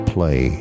Play